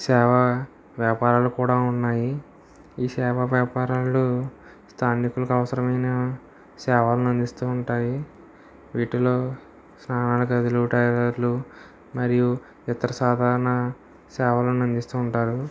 సేవ వ్యాపారాలు కూడా ఉన్నాయి ఈ సేవ వ్యాపారాలు స్థానికులకు అవసరమైన సేవలను అందిస్తూ ఉంటాయి వీటిలో స్నానాల గదులు డ్రైవర్లు మరియు ఇతర సాధారణ సేవలను అందిస్తూ ఉంటారు